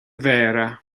mhéara